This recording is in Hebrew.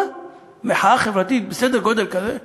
מחאה חברתית בסדר גודל כזה,